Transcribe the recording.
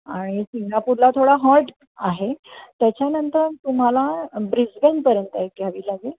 आणि सिंगापूरला थोडा हॉल्ट आहे त्याच्यानंतर तुम्हाला ब्रिजबेनपर्यंत एक घ्यावी लागेल